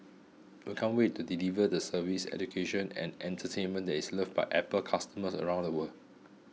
we can't wait to deliver the service education and entertainment that is loved by Apple customers around the world